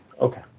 Okay